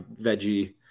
veggie